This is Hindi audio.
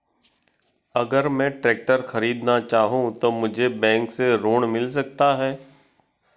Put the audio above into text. अगर मैं ट्रैक्टर खरीदना चाहूं तो मुझे बैंक से ऋण मिल सकता है?